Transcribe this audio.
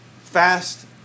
fast